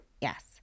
Yes